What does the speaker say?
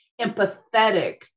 empathetic